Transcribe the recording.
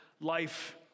life